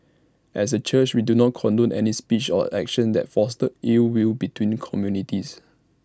as A church we do not condone any speech or actions that foster ill will between communities